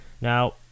now